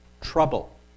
Trouble